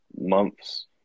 months